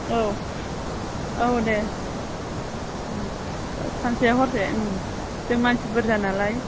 औ औ दे सानसे हरसे जों मानसि बुरजा नालाय